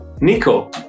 Nico